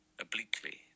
obliquely